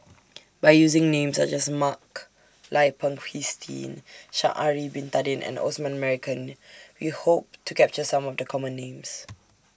By using Names such as Mak Lai Peng Christine Sha'Ari Bin Tadin and Osman Merican We Hope to capture Some of The Common Names